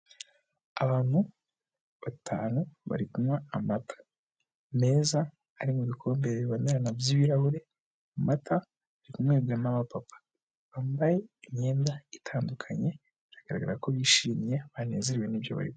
Abantu batanu bari kunywa amata meza ari mu bikombe bibonerana by'ibirahure, amata ari kunywebwa n'abapapa bambaye imyenda itandukanye bigaragara ko bishimye banezerewe n'ibyo barimo.